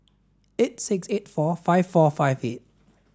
eight six eight four five four five eight